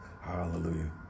hallelujah